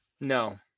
No